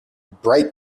bright